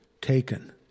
taken